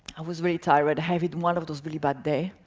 i was really tired, having one of those really bad days.